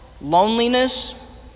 loneliness